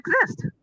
exist